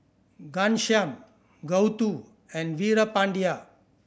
Ghanshyam Gouthu and Veerapandiya